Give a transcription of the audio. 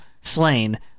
slain